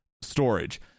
storage